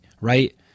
right